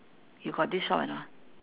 you got this shop or not